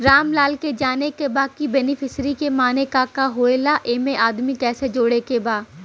रामलाल के जाने के बा की बेनिफिसरी के माने का का होए ला एमे आदमी कैसे जोड़े के बा?